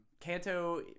kanto